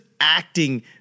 acting